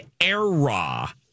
era